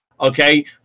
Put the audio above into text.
okay